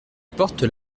portent